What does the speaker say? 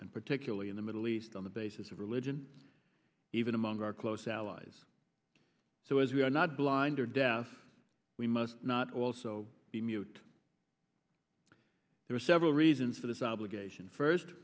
and particularly in the middle east on the basis of religion even among our close allies so as we are not blind or deaf we must not also be mute there are several reasons for this obligation first